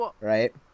Right